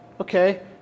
Okay